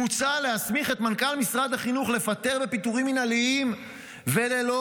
מוצע להסמיך את מנכ"ל משרד החינוך לפטר בפיטורים מינהליים וללא